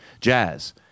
Jazz